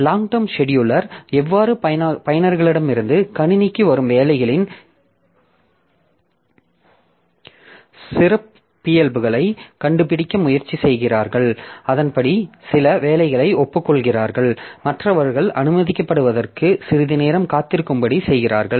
long term scheduler வெவ்வேறு பயனர்களிடமிருந்து கணினிக்கு வரும் வேலைகளின் சிறப்பியல்புகளைக் கண்டுபிடிக்க முயற்சி செய்கிறார்கள் அதன்படி சில வேலைகளை ஒப்புக்கொள்கிறார்கள் மற்றவர்கள் அனுமதிக்கப்படுவதற்கு சிறிது நேரம் காத்திருக்கும்படி செய்கிறார்கள்